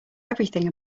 everything